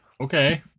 okay